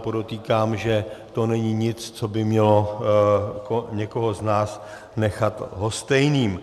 Podotýkám, že to není nic, co by mělo někoho z nás nechat lhostejným.